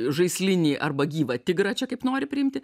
žaislinį arba gyvą tigrą čia kaip nori priimti